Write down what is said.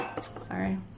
Sorry